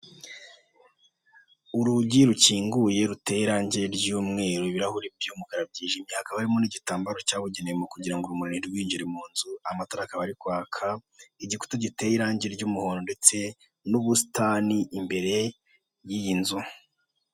Urugi rukinguye ruteye irangi ry'umweru, ibirahuri byijimye hakaba harimo n'igitambaro cyabugenewe kugira ngo urumuri rwinjire mu nzu, amatara akaba ari kwaka igikuta giteye irangi ry'umuhondo ndetse n'ubusitani imbere y'iyi nzu.